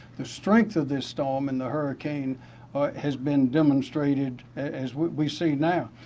the strength of this storm and the hurricane has been demonstrated as we see now.